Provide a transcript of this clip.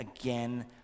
again